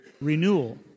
renewal